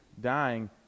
dying